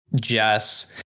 Jess